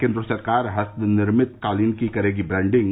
केन्द्र सरकार हस्तनिर्मित कालीन की करेगी ब्राडिंग